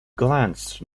glanced